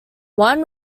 one